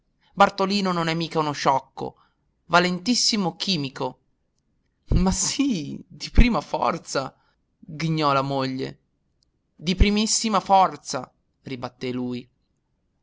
bartolino non è mica uno sciocco valentissimo chimico ma sì di prima forza ghignò la moglie di primissima forza ribatté lui